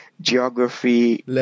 geography